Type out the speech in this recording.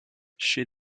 she